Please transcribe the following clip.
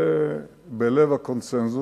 זה בלב הקונסנזוס,